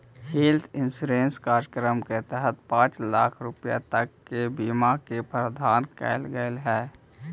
health insurance कार्यक्रम के तहत पांच लाख रुपया तक के बीमा के प्रावधान कैल गेल हइ